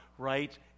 Right